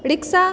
rickshaw